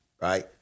Right